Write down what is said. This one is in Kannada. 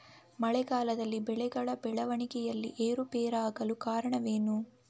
ಮಳೆಗಾಲದಲ್ಲಿ ಬೆಳೆಗಳ ಬೆಳವಣಿಗೆಯಲ್ಲಿ ಏರುಪೇರಾಗಲು ಕಾರಣವೇನು?